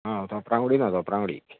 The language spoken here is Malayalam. ആ തോപ്രാംകുടിയിൽ നിന്നാണ് തോപ്രാംകുടി